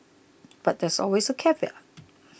but there's always a caveat